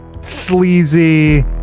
sleazy